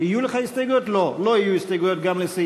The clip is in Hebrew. לא התקבלה.